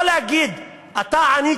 לא להגיד: אתה עני,